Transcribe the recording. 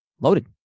loaded